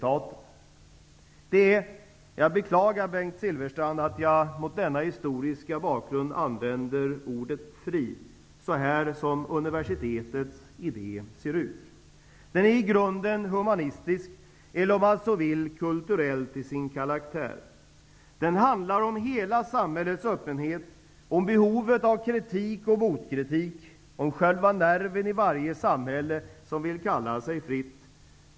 Jag beklagar, Bengt Silfverstrand, att jag mot denna historiska bakgrund använder ordet ''fri'', så som universitetets idé ser ut. Den är i grunden humanistisk -- eller om man så vill -- kulturell. Den handlar om hela samhällets öppenhet, om behovet av kritik och motkritik, om själva nerven i varje samhälle som vill kalla sig fritt.